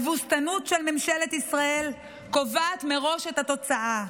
התבוסתנות של ממשלת ישראל קובעת מראש את התוצאה.